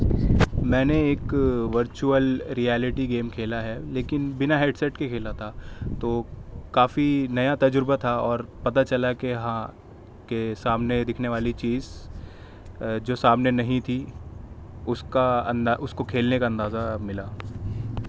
میں نے ایک ورچول ریالٹی گیم کھیلا ہے لیکن بنا ہیڈ سیٹ کے کھیلا تھا تو کافی نیا تجربہ تھا اور پتہ چلا کہ ہاں کہ سامنے دکھنے والی چیز جو سامنے نہیں تھی اس کا اندا اس کو کھیلنے کا اندازہ ملا